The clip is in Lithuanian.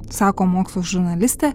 sako mokslo žurnalistė